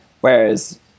whereas